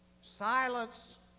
Silence